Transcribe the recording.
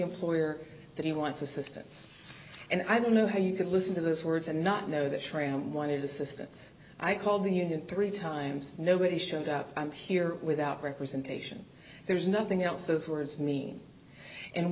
employer that he wants assistance and i don't know how you could listen to this words and not know that sram wanted assistance i called the union three times nobody showed up i'm here without representation there's nothing else those words mean and